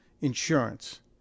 insurance